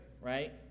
right